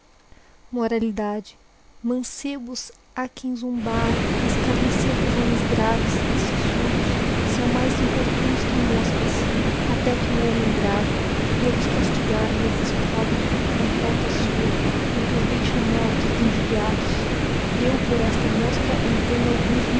moralidade mancebos ha que em zombar f e sisudos y saò mais importunos que moscas y até que o homem grave v pelos castigar ihes descobre uma falta sua com que os deixa mortos injuriado eu por esta mosca entendo alguns